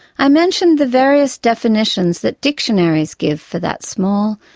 i mentioned the various definitions that dictionaries give for that small,